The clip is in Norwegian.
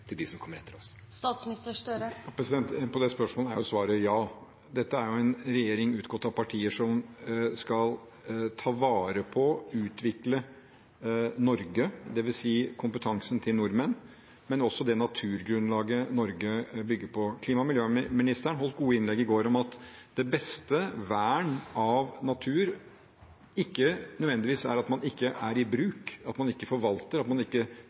til dem som kommer etter oss? Svaret på det spørsmålet er ja. Dette er en regjering som er utgått fra partier som skal ta vare på og utvikle Norge, dvs. kompetansen til nordmenn, men også det naturgrunnlaget Norge bygger på. Klima- og miljøministeren holdt gode innlegg i går om at det beste vernet av naturen ikke nødvendigvis er at den ikke er i bruk, at den ikke forvaltes, at man ikke